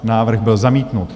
Návrh byl zamítnut.